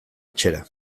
etxera